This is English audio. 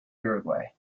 uruguay